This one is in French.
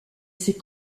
ces